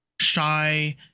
shy